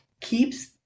keeps